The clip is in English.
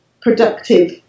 productive